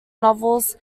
novels